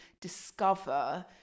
discover